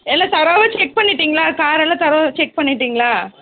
எல்லா தரோவாக செக் பண்ணிவிட்டீங்ளா காரை எல்லா தரோவாக செக் பண்ணிவிட்டீங்ளா